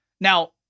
Now